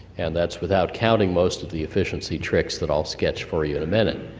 and that's without counting most of the efficiency tricks that i'll sketch for you in a minute.